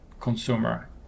consumer